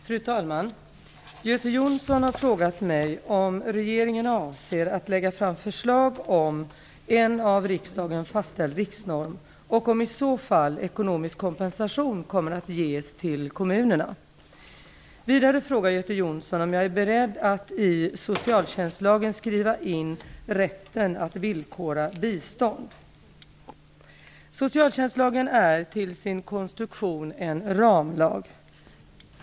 Fru talman! Göte Jonsson har frågat mig om regeringen avser att lägga fram förslag om en av riksdagen fastställd riksnorm och om i så fall ekonomisk kompensation kommer att ges till kommunerna. Vidare frågar Göte Jonsson om jag är beredd att i socialtjänstlagen skriva in rätten att villkora bistånd. Socialtjänstlagen är till sin konstruktion en ramlag.